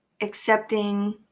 accepting